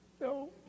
no